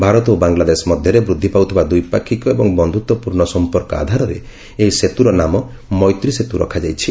ଭାରତ ଓ ବାଙ୍ଗଲାଦେଶ ମଧ୍ୟରେ ବୃଦ୍ଧି ପାଉଥିବା ଦ୍ୱିପାକ୍ଷିକ ଏବଂ ବନ୍ଧୁତ୍ୱପୂର୍ଣ୍ଣ ସମ୍ପର୍କ ଆଧାରରେ ଏହି ସେତୁର ନାମ ମୈତ୍ରୀ ସେତୁ ରଖାଯାଇଛି